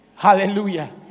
Hallelujah